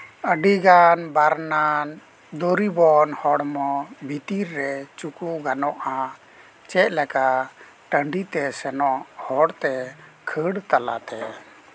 ᱟᱹᱰᱤᱜᱟᱱ ᱵᱟᱨᱱᱟᱢ ᱫᱩᱨᱤᱵᱟᱱ ᱦᱚᱲᱢᱚ ᱵᱷᱤᱛᱤᱨ ᱨᱮ ᱪᱩᱠᱩ ᱜᱟᱱᱚᱜᱼᱟ ᱪᱮᱫ ᱞᱮᱠᱟ ᱴᱟᱺᱰᱤᱛᱮ ᱥᱮᱱᱚᱜ ᱦᱚᱨᱛᱮ ᱠᱷᱟᱹᱲ ᱛᱟᱞᱟᱛᱮ